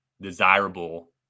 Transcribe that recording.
desirable